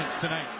tonight